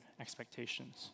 expectations